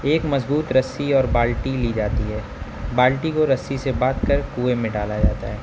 ایک مضبوط رسی اور بالٹی لی جاتی ہے بالٹی کو رسی سے باندھ کر کنویں میں ڈالا جاتا ہے